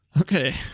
Okay